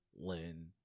Lynn